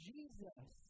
Jesus